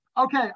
Okay